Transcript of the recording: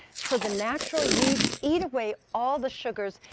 so the naturally yeast eat away all the sugars,